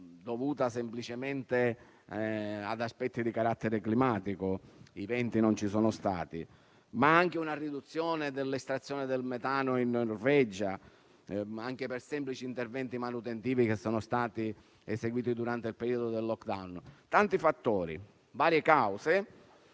dovuta semplicemente ad aspetti di carattere climatico (i venti non ci sono stati). Penso inoltre alla riduzione dell'estrazione del metano in Norvegia per semplici interventi manutentivi che sono stati eseguiti durante il periodo del *lockdown*. Ci sono dunque tanti fattori e varie cause,